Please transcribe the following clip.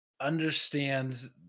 understands